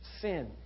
sin